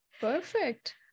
Perfect